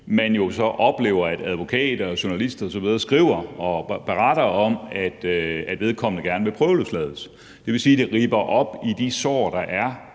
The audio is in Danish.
så oplever, at advokater, journalister osv. skriver og beretter om, at vedkommende gerne vil prøveløslades, det vil sige, at det ripper op i de sår, der er